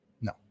no